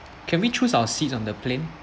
can we choose our seat on the plane